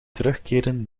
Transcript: terugkeren